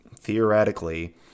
theoretically